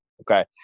okay